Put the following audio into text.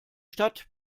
stadt